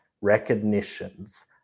recognitions